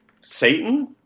Satan